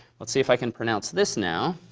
let's see if i can pronounce this now.